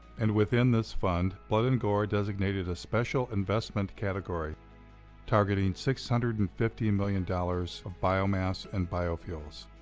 and within this fund, blood and gore designated a special investment category targeting six hundred and fifty million dollars of biomass and biofuels.